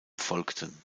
folgten